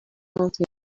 out